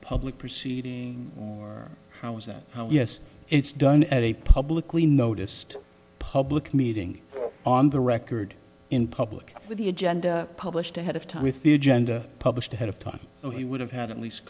public proceeding how is that yes it's done at a publicly noticed public meeting on the record in public with the agenda published ahead of time with the agenda published ahead of time so he would have had at least